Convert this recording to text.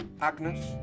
Agnes